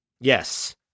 Yes